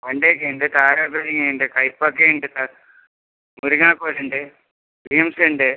വെണ്ടക്ക ഉണ്ട് കാര മുരിങ്ങ ഉണ്ട് കയ്പ്പക്ക ഉണ്ട് ആ മുരിങ്ങാക്കോൽ ഉണ്ട് ബീൻസ് ഉണ്ട്